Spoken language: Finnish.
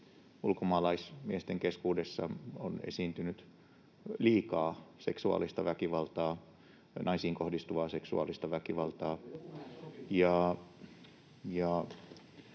ulkomaalaismiesten kohdalla on liikaa naisiin kohdistuvaa seksuaalista väkivaltaa.